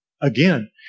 Again